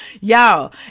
Y'all